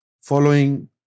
following